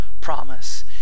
promise